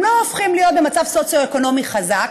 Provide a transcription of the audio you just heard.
הם לא הופכים להיות במצב סוציו-אקונומי חזק,